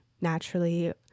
naturally